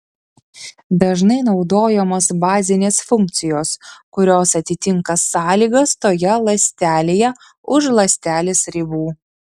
dažnai naudojamos bazinės funkcijos kurios atitinka sąlygas toje ląstelėje už ląstelės ribų